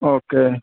okay